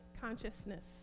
consciousness